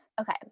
okay